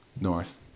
north